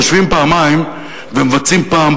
חושבים פעמיים ומבצעים פעם.